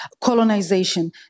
colonization